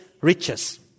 riches